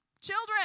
Children